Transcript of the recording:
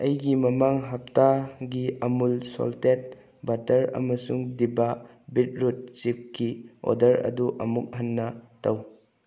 ꯑꯩꯒꯤ ꯃꯃꯥꯡ ꯍꯞꯇꯥꯒꯤ ꯑꯃꯨꯜ ꯁꯣꯜꯇꯦꯠ ꯕꯠꯇꯔ ꯑꯃꯁꯨꯡ ꯗꯤꯕꯥ ꯕꯤꯠꯔꯨꯠ ꯆꯤꯞꯁꯀꯤ ꯑꯣꯗꯔ ꯑꯗꯨ ꯑꯃꯨꯛ ꯍꯟꯅ ꯇꯧ